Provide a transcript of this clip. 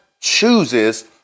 chooses